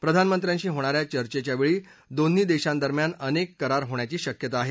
प्रधानमंत्र्यांशी होणाऱ्या चर्चेच्या वेळी दोन्ही देशांदरम्यान अनेक करार होण्याची शक्यता आहे